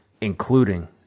including